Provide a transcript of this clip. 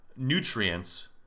nutrients